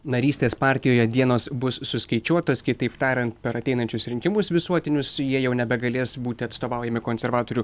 narystės partijoje dienos bus suskaičiuotos kitaip tariant per ateinančius rinkimus visuotinius jie jau nebegalės būti atstovaujami konservatorių